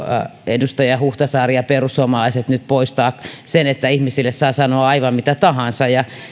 edustaja huhtasaari ja perussuomalaiset nyt poistaa sen ettei ihmisille saa sanoa aivan mitä tahansa ja